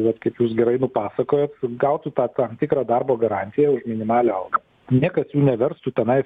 vat kaip jūs gerai nupasakojot gautų tą tam tikrą darbo garantiją už minimalią algą niekas jų neverstų tenai